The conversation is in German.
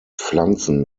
pflanzen